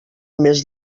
mes